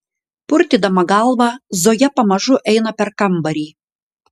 purtydama galvą zoja pamažu eina per kambarį